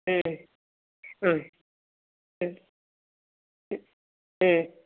ம் ம் ம் ம் ம்